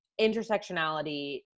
intersectionality